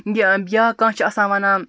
یا کانٛہہ چھُ آسان وَنان